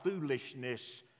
foolishness